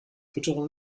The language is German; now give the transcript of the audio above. fütterung